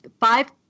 five